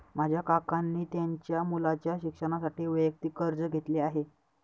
माझ्या काकांनी त्यांच्या मुलाच्या शिक्षणासाठी वैयक्तिक कर्ज घेतले आहे